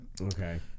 Okay